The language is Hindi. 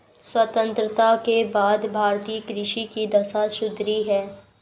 स्वतंत्रता के बाद भारतीय कृषि की दशा सुधरी है